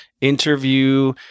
interview